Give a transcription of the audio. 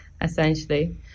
essentially